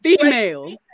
female